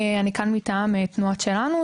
אני כאן מטעם תנועת "שלנו",